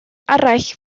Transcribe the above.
arall